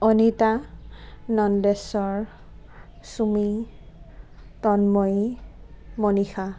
Anita Nandeshwar Chumi Tanmayi Manisha